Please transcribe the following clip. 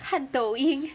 汗抖音